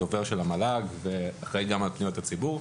הדובר של המל"ג ואחראי גם על פניות הציבור.